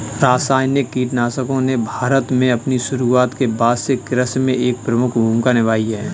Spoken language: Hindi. रासायनिक कीटनाशकों ने भारत में अपनी शुरूआत के बाद से कृषि में एक प्रमुख भूमिका निभाई है